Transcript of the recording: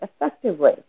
effectively